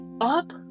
up